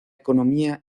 economía